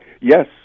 Yes